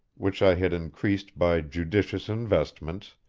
which i had increased by judicious investments,